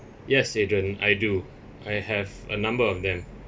yes adrian I do I have a number of them